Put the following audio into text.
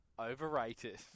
overrated